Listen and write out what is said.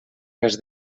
res